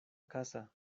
casa